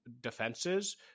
defenses